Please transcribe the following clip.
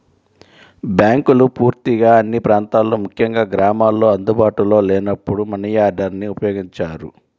బ్యాంకులు పూర్తిగా అన్ని ప్రాంతాల్లో ముఖ్యంగా గ్రామాల్లో అందుబాటులో లేనప్పుడు మనియార్డర్ని ఉపయోగించారు